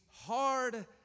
hard